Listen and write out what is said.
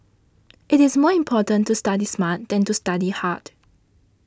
it is more important to study smart than to study hard